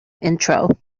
intro